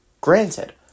granted